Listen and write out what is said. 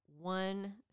one